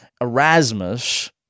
Erasmus